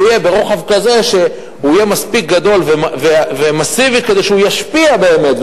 הוא יהיה ברוחב כזה שהוא יהיה מספיק גדול ומסיבי כדי שהוא ישפיע באמת,